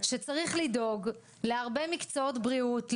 שצריך לדאוג להרבה מקצועות בריאות,